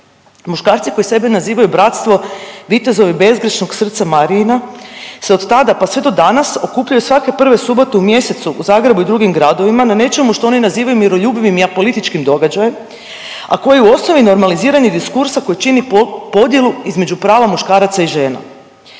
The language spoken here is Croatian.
Muškarci koji sebe nazivaju bratstvo „Vitezovi Bezgrešnog Srca Marijina“ se od tada pa sve do danas se okupljaju svake prve subote u mjesecu u Zagrebu i drugim gradovima na nečemu što oni nazivaju miroljubivim i apolitičkim događajem, a koji je u osnovi normalizirani diskursa koji čini podjelu između prava muškaraca i žena.